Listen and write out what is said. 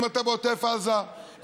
אם אתה בעוטף עזה,